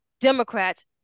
Democrats